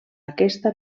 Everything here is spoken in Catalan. aquesta